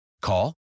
Call